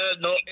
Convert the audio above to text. no